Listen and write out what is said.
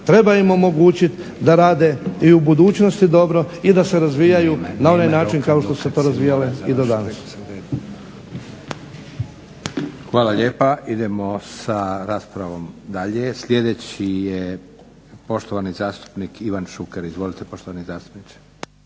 treba im omogućiti da rade i u budućnosti dobro i da se razvijaju na onaj način kao što su se to razvijale i do danas. **Leko, Josip (SDP)** Hvala lijepa. Idemo sa raspravom dalje. Sljedeći je poštovani zastupnik Ivan Šuker. Izvolite poštovani zastupniče.